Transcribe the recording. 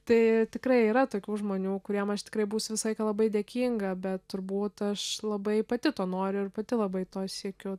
tai tikrai yra tokių žmonių kuriem aš tikrai būsiu visą laiką labai dėkinga bet turbūt aš labai pati to noriu ir pati labai to siekiu